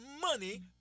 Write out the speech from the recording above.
money